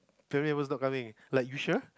family was not coming like you sure